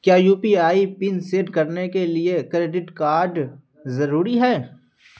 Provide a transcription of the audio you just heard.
کیا U P I pin set کرنے کے لیے کریڈٹ کارڈ ضروری ہے